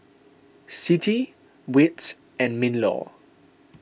Citi Wits and MinLaw